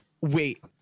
Wait